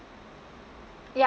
ya